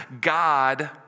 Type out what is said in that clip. God